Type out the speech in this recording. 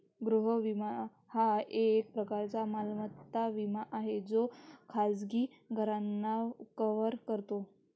गृह विमा हा एक प्रकारचा मालमत्ता विमा आहे जो खाजगी घरांना कव्हर करतो